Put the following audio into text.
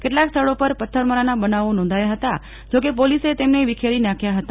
કેટલાંક સ્થળો પર પથ્થરમારાના બનાવો નોંધાયા હતા જો કે પોલીસે તેમને વિપ્રેરી નાંખ્યા હતા